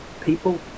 people